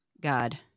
God